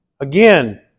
Again